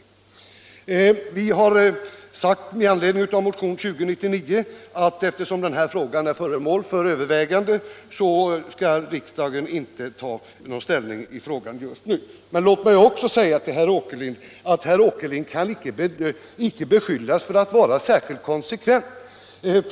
Utskottet har sagt, med anledning av motionen 2099, att eftersom frågan är föremål för övervägande skall riksdagen inte ta någon ställning just nu. Men låt mig också säga att herr Åkerlind inte kan påstås vara särskilt konsekvent.